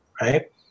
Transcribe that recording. right